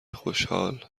خوشحال